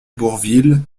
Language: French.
bourvil